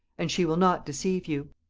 and she will not deceive you